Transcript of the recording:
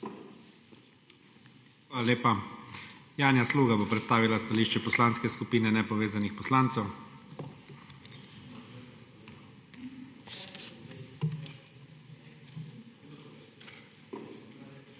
Hvala lepa. Janja Sluga bo predstavila stališče Poslanske skupine Nepovezanih poslancev. 13.